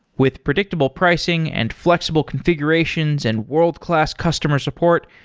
with predictable pricing and flexible configurations and world-class customer support,